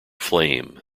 flame